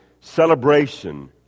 celebration